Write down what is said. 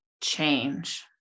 change